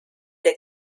der